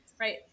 right